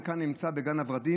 זה נמצא כאן, בגן הוורדים.